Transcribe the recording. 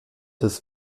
des